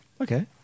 Okay